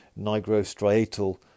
Nigrostriatal